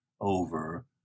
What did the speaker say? over